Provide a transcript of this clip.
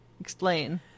Explain